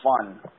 fun